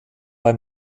bei